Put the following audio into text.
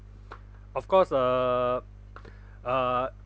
of course uh uh